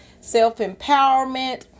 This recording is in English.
self-empowerment